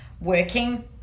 working